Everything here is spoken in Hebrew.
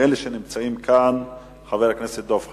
מאלה שנמצאים כאן, חבר הכנסת דב חנין.